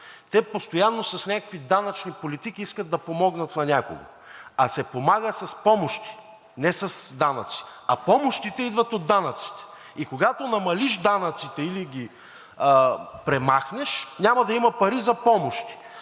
Те постоянно с някакви данъчни политики искат да помогнат на някого, а се помага с помощи, не с данъци. А помощите идват от данъците и когато намалиш данъците или ги премахнеш, няма да има пари за помощи.